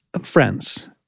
friends